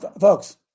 Folks